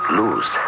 lose